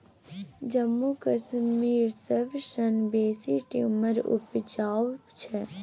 जम्मू कश्मीर सबसँ बेसी टिंबर उपजाबै छै